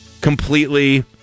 completely